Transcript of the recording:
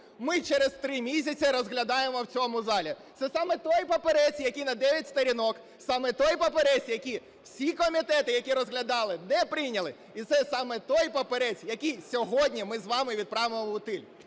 ми через 3 місяці розглядаємо в цьому залі. Це саме той папірець, який на 9 сторінок. Саме той папірець, який всі комітети, які розглядали, не прийняли. І це саме той папірець, який сьогодні ми з вами відправимо в утиль.